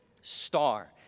star